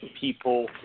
people